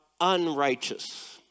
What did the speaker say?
unrighteous